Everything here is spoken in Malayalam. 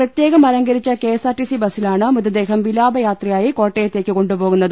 പ്രത്യേകം അല ങ്കരിച്ച കെഎസ്ആർടിസി ബസ്സിലാണ് മൃതദേഹം വിലാപയാത്ര യായി കോട്ടയത്തേക്ക് കൊണ്ടുപ്പോകുന്നത്